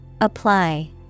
Apply